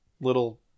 little